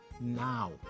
now